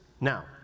Now